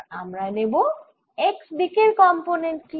আর আমরা নেব x দিকের কম্পোনেন্ট টি